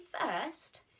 first